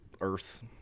Earth